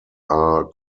are